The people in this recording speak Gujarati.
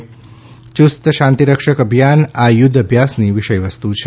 યૂસ્ત શાંતિરક્ષક અભિયાન આ યુદ્ધ અભ્યાસની વિષય વસ્તુ છે